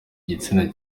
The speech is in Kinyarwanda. igitsina